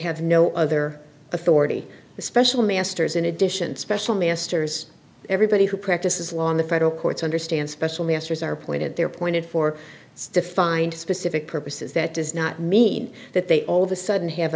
have no other authority the special masters in addition special ministers everybody who practices law in the federal courts understand special ministers are appointed there pointed for its defined specific purposes that does not mean that they all of a sudden have